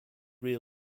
rear